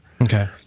okay